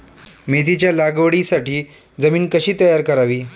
मेथीच्या लागवडीसाठी जमीन कशी तयार करावी?